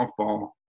softball